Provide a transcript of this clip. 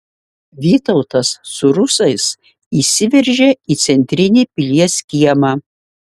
vytautas su rusais įsiveržia į centrinį pilies kiemą